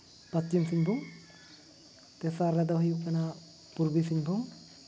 ᱯᱚᱥᱪᱤᱢ ᱥᱤᱝᱵᱷᱩᱢ ᱛᱮᱥᱟᱨ ᱨᱮᱫᱚ ᱦᱩᱭᱩᱜ ᱠᱟᱱᱟ ᱯᱩᱨᱵᱤ ᱥᱤᱝᱵᱷᱩᱢ